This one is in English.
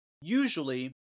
usually